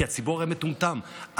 כי הציבור הרי מטומטם,